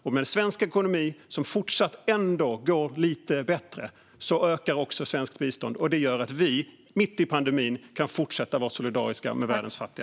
Med en svensk ekonomi som trots allt går lite bättre ökar också svenskt bistånd, och det gör att vi mitt i pandemin kan fortsätta att vara solidariska med världens fattiga.